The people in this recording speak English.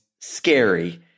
scary